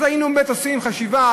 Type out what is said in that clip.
אז היינו באמת עושים חשיבה,